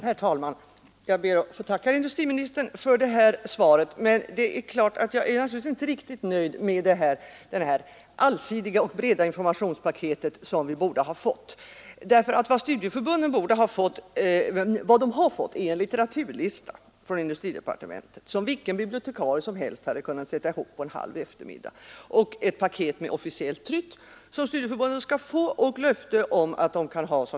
Herr talman! Jag ber att få tacka industriministern för svaret. Men jag är naturligtvis inte riktigt nöjd med tanke på det här allsidiga och breda informationspaketet som vi borde ha fått. Vad studieförbunden har fått är en litteraturlista från industridepartementet som vilken bibliotekarie som helst hade kunnat sätta ihop på en halv eftermiddag. Studieförbunden skall också få ett paket med officiellt tryck, och de har fått löfte om att de kan ha kurser.